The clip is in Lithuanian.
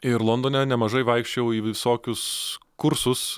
ir londone nemažai vaikščiojau į visokius kursus